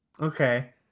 Okay